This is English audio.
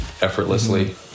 effortlessly